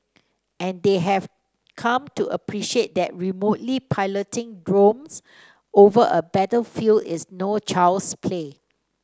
and they have come to appreciate that remotely piloting drones over a battlefield is no child's play